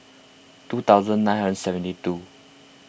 two thousand nine hundred and seventy two